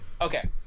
okay